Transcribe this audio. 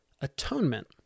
atonement